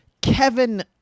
Kevin